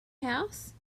house